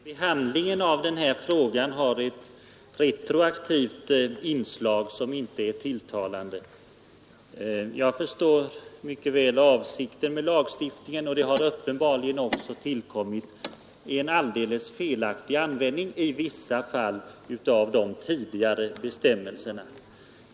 Herr talman! Behandlingen av den här frågan har ett retroaktivt inslag som verkligen inte är tilltalande. Jag förstår mycket väl avsikten med lagstiftningen; det har uppenbarligen förekommit en alldeles felaktig tillämpning i vissa fall av de tidigare bestämmelserna.